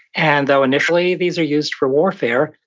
and though initially, these are used for warfare.